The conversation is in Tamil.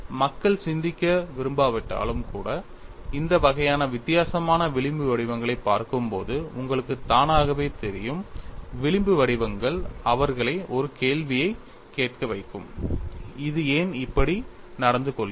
மக்கள் சிந்திக்க விரும்பாவிட்டாலும் கூட இந்த வகையான வித்தியாசமான விளிம்பு வடிவங்களைப் பார்க்கும்போது உங்களுக்கு தானாகவே தெரியும் விளிம்பு வடிவங்கள் அவர்களை ஒரு கேள்வியைக் கேட்க வைக்கும் இது ஏன் இப்படி நடந்து கொள்கிறது